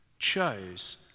chose